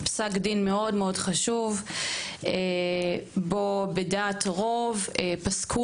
פסק דין מאוד מאוד חשוב בוא בדעת רוב פסקו